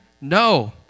no